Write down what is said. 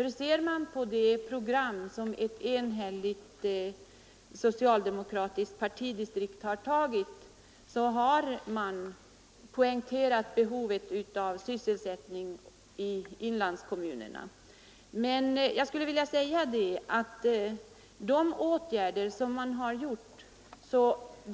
I det program som antagits av ett enhälligt socialdemokratiskt partidistrikt har man poängterat behovet av sysselsättning i inlandskommunerna. Men de åtgärder som vidtas